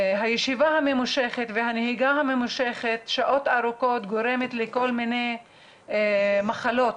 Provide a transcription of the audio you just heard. הישיבה הממושכת והנהיגה הממושכת שעות ארוכות גורמת לכל מיני מחלות,